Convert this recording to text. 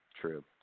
true